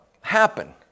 happen